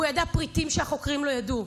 והוא ידע פרטים שהחוקרים לא ידעו,